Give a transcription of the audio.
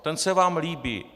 Ten se vám líbí.